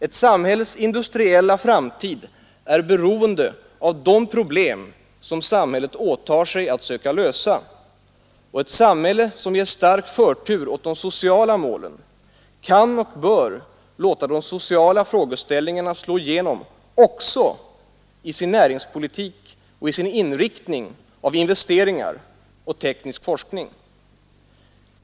Ett samhälles industriella framtid är beroende av de problem som samhället åtager sig att söka lösa, och ett samhälle som ger stark förtur åt de sociala målen kan och bör låta de sociala frågeställningarna slå igenom också i sin näringspolitik och i sin inriktning av investeringar och teknisk forskning.